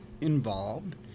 involved